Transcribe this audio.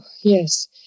yes